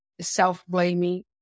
self-blaming